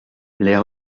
les